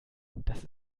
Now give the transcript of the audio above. das